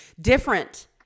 different